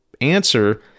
answer